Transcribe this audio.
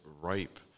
ripe